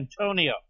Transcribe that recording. Antonio